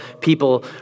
people